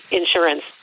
insurance